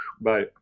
bye